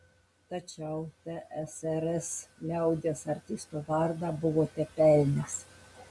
tačiau tsrs liaudies artisto vardą buvote pelnęs